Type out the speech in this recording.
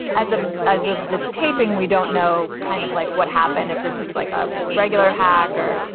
as of as of this taping, we don't know. kind of like what happened if this was like a regular hacker.